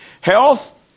Health